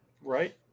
Right